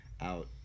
out